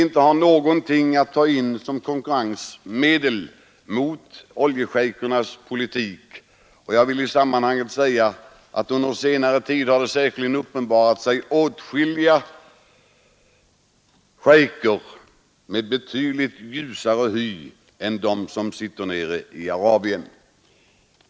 Annars har vi ingenting att sätta in som konkurrensmedel mot oljeschejkernas politik — och jag vill i sammanhanget säga att under senare tid har det säkerligen uppenbarat sig åtskilliga schejker med betydligt ljusare hy än de som sitter nere i Arabien!